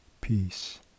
peace